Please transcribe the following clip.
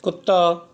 ਕੁੱਤਾ